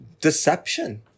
deception